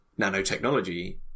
nanotechnology